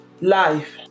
life